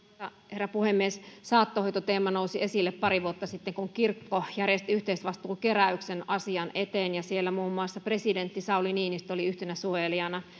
herra puhemies saattohoitoteema nousi esille pari vuotta sitten kun kirkko järjesti yhteisvastuukeräyksen asian eteen ja siellä muun muassa presidentti sauli niinistö oli yhtenä suojelijana